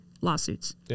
lawsuits